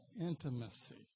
intimacy